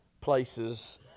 places